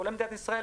כולל מדינת ישראל,